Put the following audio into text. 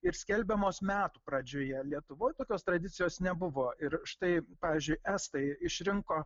ir skelbiamos metų pradžioje lietuvoj tokios tradicijos nebuvo ir štai pavyzdžiui estai išrinko